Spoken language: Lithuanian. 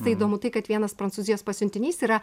tai įdomu tai kad vienas prancūzijos pasiuntinys yra